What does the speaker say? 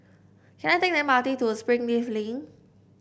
can I take M R T to Springleaf Link